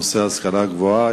בנושא ההשכלה הגבוהה.